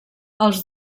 els